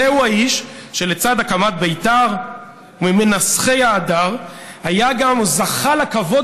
זהו האיש שלצד הקמת בית"ר וממנסחי ההדר זכה גם לכבוד